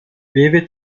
beve